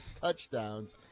touchdowns